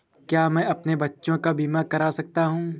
क्या मैं अपने बच्चों का बीमा करा सकता हूँ?